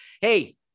Hey